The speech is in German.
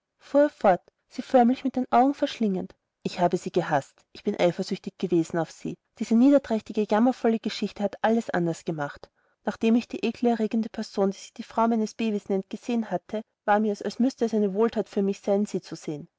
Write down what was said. sie förmlich mit den augen verschlingend ich habe sie gehaßt ich bin eifersüchtig gewesen auf sie diese niederträchtige jammervolle geschichte hat alles anders gemacht nachdem ich die ekelerregende person die sich die frau meines bevis nennt gesehen hatte war mir's als müßte es eine wohlthat für mich sein sie zu sehen